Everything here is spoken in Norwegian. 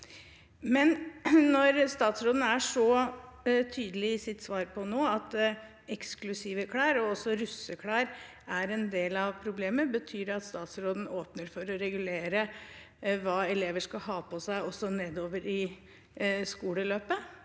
men når statsråden er så tydelig i sitt svar på at eksklusive klær og også russeklær er en del av problemet, betyr det da at statsråden åpner for å regulere hva elever skal ha på seg, også nedover i skoleløpet?